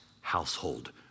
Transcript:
household